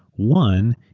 one,